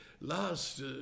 last